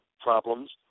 problems